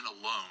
alone